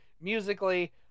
musically